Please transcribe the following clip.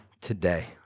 today